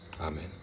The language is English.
Amen